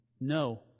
No